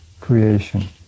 creation